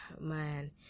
man